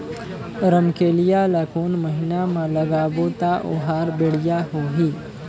रमकेलिया ला कोन महीना मा लगाबो ता ओहार बेडिया होही?